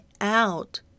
out